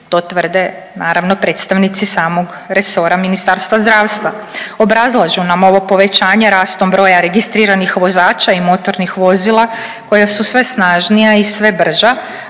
to tvrde naravno predstavnici samog resora Ministarstva zdravstva. Obrazlažu nam ovo povećanje rastom broja registriranih vozača i motornih vozila koja su sve snažnija i sve brža